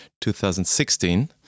2016